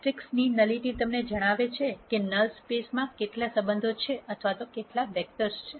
મેટ્રિક્સની ન્યુલિટી તમને જણાવે છે કે નલ સ્પેસ માં કેટલા સંબંધો છે અથવા કેટલા વેક્ટર છે